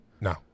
No